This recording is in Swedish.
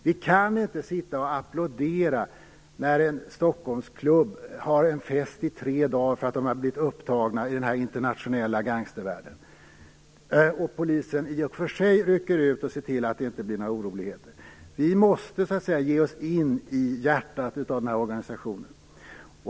Vi kan inte sitta och applådera när en Stockholmsklubb har fest i tre dagar därför att den har blivit upptagen i den internationella gangstervärlden, även om polisen rycker ut och ser till att det inte blir några oroligheter. Vi måste så att säga ge oss in i hjärtat av den här organisationen.